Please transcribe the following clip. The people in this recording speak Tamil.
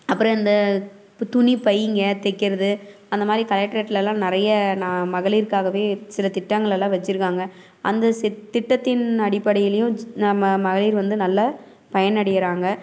அப்புறம் இந்த துணி பைங்க தைக்கிறது அந்தமாதிரி கலெக்ட்ரேட்டெல்லாம் நிறைய ந மகளிருக்காகவே சில திட்டங்களெல்லாம் வச்சுருக்காங்க அந்த செட் திட்டத்தின் அடிப்படைலேயும் நம்ம மகளிர் வந்து நல்ல பயனடைகிறாங்க